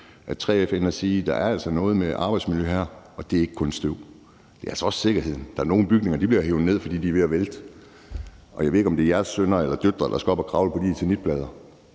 3F siger, at der altså er noget med arbejdsmiljøet her, og det handler ikke kun om støv. Det handler altså også om sikkerheden. Der er nogle bygninger, der bliver hevet ned, fordi de er ved at vælte, og jeg ved ikke, om det er jeres sønner eller døtre, der skal op og kravle på de eternitplader.